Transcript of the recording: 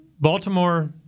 Baltimore